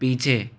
पीछे